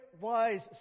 wise